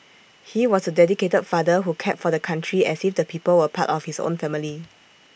he was A dedicated father who cared for the country as if the people were part of his own family